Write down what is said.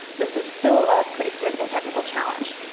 this is still a pretty significant technical challenge.